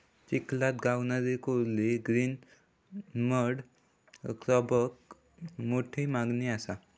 चिखलात गावणारे कुर्ले ग्रीन मड क्रॅबाक मोठी मागणी असा